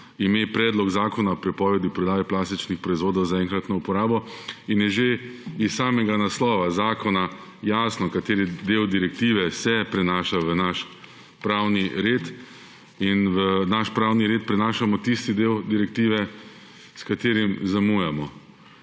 ime Predlog zakona o ,prepovedi prodaje plastičnih proizvodov za enkratno uporabo in je že iz samega naslova zakona jasno, kateri del direktive se prenaša v naš pravni red. V naš pravni red prinašamo tisti del direktive, s katerim zamujamo.